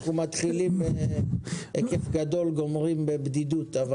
אנחנו מתחילים בהיקף גדול וגומרים בבדידות.